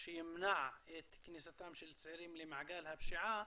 שימנע את כניסתם של צעירים למעגל הפשיעה